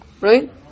right